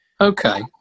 Okay